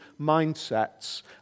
mindsets